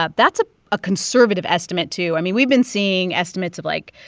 ah that's ah a conservative estimate, too. i mean, we've been seeing estimates of, like,